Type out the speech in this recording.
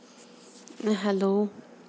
hello